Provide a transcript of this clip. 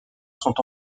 sont